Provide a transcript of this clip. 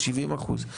70%,